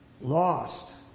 Lost